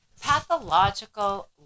pathological